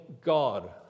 God